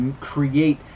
create